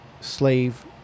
slave